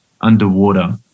underwater